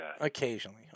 Occasionally